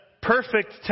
perfect